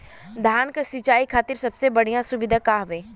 धान क सिंचाई खातिर सबसे बढ़ियां सुविधा का हवे?